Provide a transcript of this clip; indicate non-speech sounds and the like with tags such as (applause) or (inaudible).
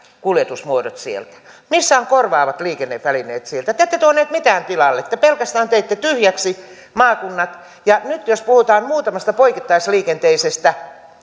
kuljetusmuodot sieltä missä ovat korvaavat liikennevälineet sieltä te ette tuoneet mitään tilalle te pelkästään teitte tyhjäksi maakunnat ja nyt jos puhutaan muutamasta poikittaisliikenteisestä (unintelligible)